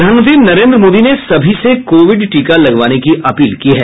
प्रधानमंत्री नरेन्द्र मोदी ने सभी से कोविड टीका लगवाने की अपील की है